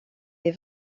les